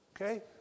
Okay